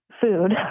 food